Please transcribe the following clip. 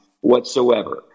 whatsoever